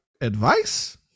advice